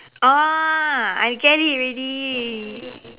oh I get it already